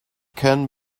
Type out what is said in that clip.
can